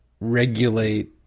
Regulate